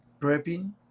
prepping